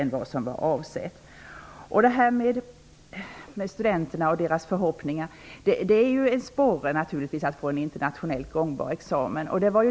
Jag vill vad gäller studenternas förhoppningar säga att det naturligtvis är en sporre att få en internationellt gångbar examen.